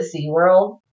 SeaWorld